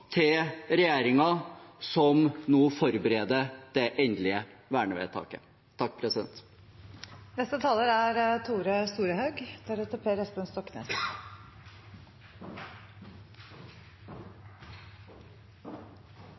til regjeringen, som nå forbereder det endelige vernevedtaket.